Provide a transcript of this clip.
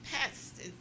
pests